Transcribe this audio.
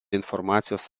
informacijos